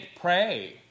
pray